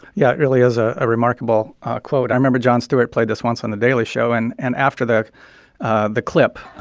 yeah, it really is a remarkable quote. i remember jon stewart played this once on the daily show. and and after the ah the clip,